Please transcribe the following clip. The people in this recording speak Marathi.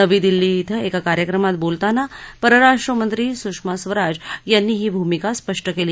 नवी दिल्ली एका कार्यक्रमात बोलताना परराष्ट्रमंत्री सुषमा स्वराज यांनी ही भुमिका स्पष्ट केली